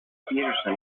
peterson